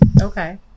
Okay